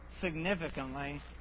significantly